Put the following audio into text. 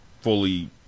fully